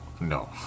no